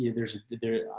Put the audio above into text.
yeah there's there.